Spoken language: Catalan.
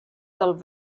del